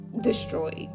destroyed